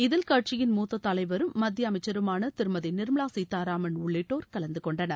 இதில் கட்சியின் மூத்த தலைவரும் மத்திய அமைச்சருமான திருமதி நிர்மலா சீதாராமன் உள்ளிட்டோர் கலந்து கொண்டனர்